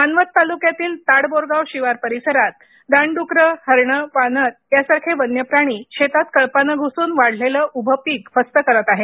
मानवत तालुक्यातील ताडबोरगाव शिवार परिसरात रानड्रक्कर हरण वानर यासारखे वन्य प्राणी शेतात कळपाने घुसून वाढलेलं उभ पीक फस्त करत आहेत